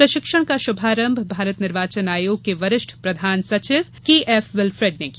प्रशिक्षण का शुभारंभ भारत निर्वाचन आयोग के वरिष्ठ प्रधान सचिव केएफ विलफ्रेड ने किया